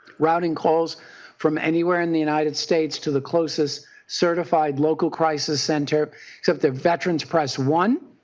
routing calls from anywhere in the united states to the closest certified local crisis center except the veterans press one.